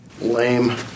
Lame